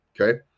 okay